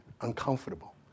uncomfortable